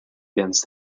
against